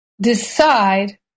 Decide